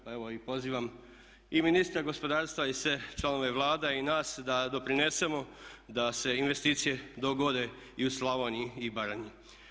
Pa evo i pozivam i ministra gospodarstva i sve članove Vlade i nas da doprinesemo da se investicije dogode i u Slavoniji i Baranji.